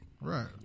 Right